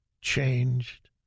changed